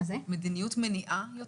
כן, מדיניות שהיא יותר של מניעה.